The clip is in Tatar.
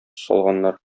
салганнар